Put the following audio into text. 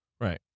Right